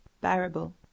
Bearable